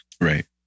Right